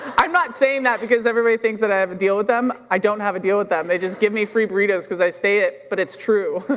not saying that because everybody thinks that i have a deal with them. i don't have a deal with them, they just give me free burritos cause i say it, but it's true.